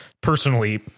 personally